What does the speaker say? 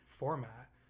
format